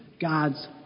God's